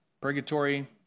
Purgatory